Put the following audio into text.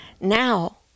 Now